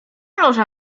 loża